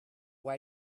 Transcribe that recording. why